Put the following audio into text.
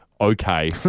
Okay